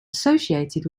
associated